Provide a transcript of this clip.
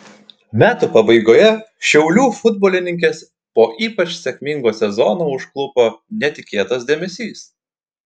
metų pabaigoje šiaulių futbolininkes po ypač sėkmingo sezono užklupo netikėtas dėmesys